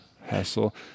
hassle